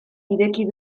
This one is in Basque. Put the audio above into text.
ireki